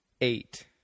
eight